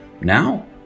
now